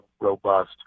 robust